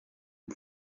les